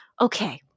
okay